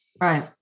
Right